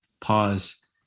pause